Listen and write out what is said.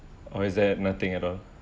or is there nothing at all